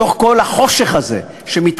בתוך כל החושך הזה שמתקיים,